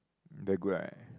very good right